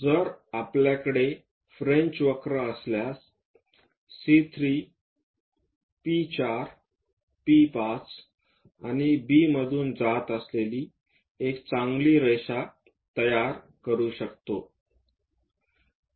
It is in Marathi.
जर आपल्याकडे फ्रेंच वक्र असल्यास C3 P4 P5 आणि B मधून जात असलेली एक चांगली रेषा तयार करू शकते